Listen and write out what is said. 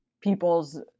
people's